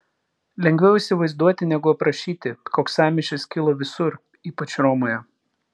lengviau įsivaizduoti negu aprašyti koks sąmyšis kilo visur ypač romoje